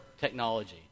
technology